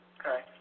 Okay